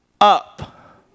up